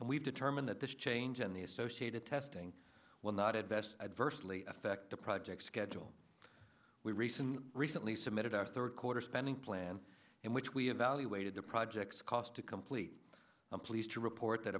and we've determined that the change in the associated testing will not invest adversely affect the project schedule we recently recently submitted our third quarter spending plan in which we evaluated the project's cost to complete i'm pleased to report that